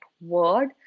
word